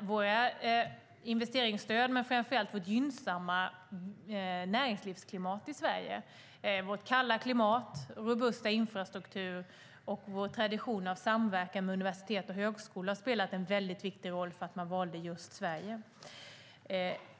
Våra investeringsstöd men framför allt vårt gynnsamma näringslivsklimat i Sverige, vårt kalla klimat, vår robusta infrastruktur och vår tradition av samverkan med universitet och högskola har spelat en väldigt viktig roll för att man valde just Sverige.